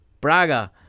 Braga